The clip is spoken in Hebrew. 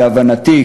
להבנתי,